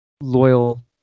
loyal